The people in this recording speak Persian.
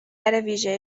ویژه